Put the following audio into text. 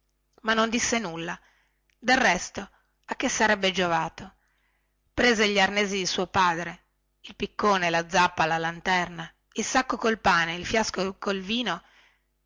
ma non disse nulla del resto a che sarebbe giovato prese gli arnesi di suo padre il piccone la zappa la lanterna il sacco col pane e il fiasco del vino